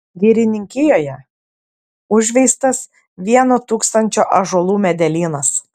girininkijoje užveistas vieno tūkstančio ąžuolų medelynas